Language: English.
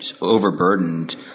overburdened